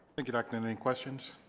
thank you dr newnan. any questions?